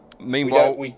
Meanwhile